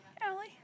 Allie